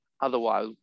Otherwise